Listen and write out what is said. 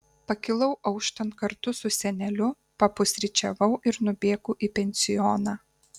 pakilau auštant kartu su seneliu papusryčiavau ir nubėgau į pensioną